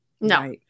No